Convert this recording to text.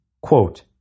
Quote